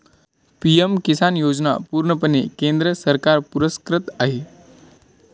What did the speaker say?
PM Kisan योजना पूर्णपणे केंद्र सरकार पुरस्कृत आहे